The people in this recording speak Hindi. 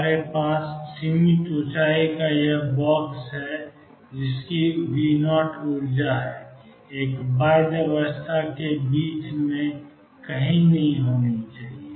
हमारे पास सीमित ऊंचाई का यह बॉक्स है V0 ऊर्जा एक बाध्य अवस्था के लिए बीच में कहीं होनी चाहिए